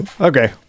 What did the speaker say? okay